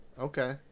Okay